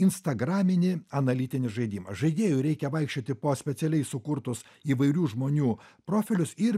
instagraminį analitinį žaidimą žaidėjui reikia vaikščioti po specialiai sukurtus įvairių žmonių profilius ir